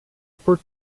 por